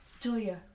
Julia